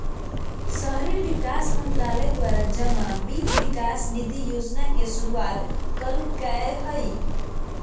शहरी विकास मंत्रालय द्वारा जमा वित्त विकास निधि योजना के शुरुआत कल्कैय हइ